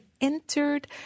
entered